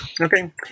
Okay